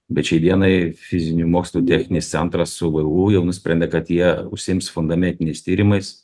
bet šiai dienai fizinių mokslų techninis centras su vu jau nusprendė kad jie užsiims fundamentiniais tyrimais